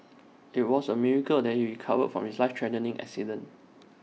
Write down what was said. IT was A miracle that he recovered from his life threatening accident